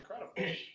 Incredible